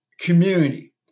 community